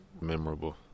memorable